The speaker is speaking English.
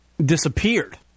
disappeared